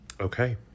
Okay